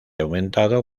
aumentado